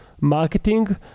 marketing